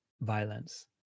violence